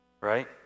right